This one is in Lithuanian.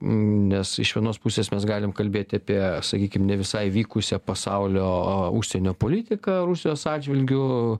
nes iš vienos pusės mes galim kalbėti apie sakykim ne visai vykusią pasaulio užsienio politiką rusijos atžvilgiu